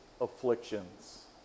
afflictions